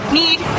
need